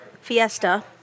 fiesta